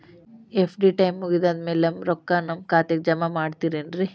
FD time ಮುಗಿದಾದ್ ಮ್ಯಾಲೆ ನಮ್ ರೊಕ್ಕಾನ ನಮ್ ಖಾತೆಗೆ ಜಮಾ ಮಾಡ್ತೇರೆನ್ರಿ?